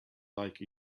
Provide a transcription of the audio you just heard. like